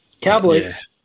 Cowboys